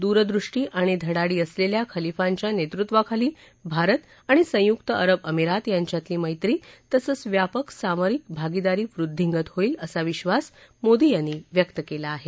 दूरदृष्टी आणि धडाडी असलेल्या खलिफांच्या नेतृत्वाखाली भारत आणि संयुक्त अरब अमिरात यांच्यातली मैत्री तसंच व्यापक सामरिक भागीदारी वृद्धींगत होईल असा विश्वास मोदी यांनी व्यक्त केला आहे